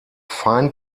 fine